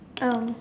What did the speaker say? um